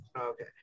Okay